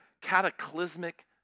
cataclysmic